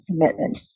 commitment